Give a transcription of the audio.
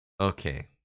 Okay